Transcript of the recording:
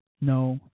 No